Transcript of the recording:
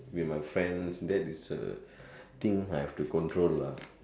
with my friends that is the thing I have to control lah